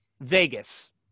vegas